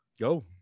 Go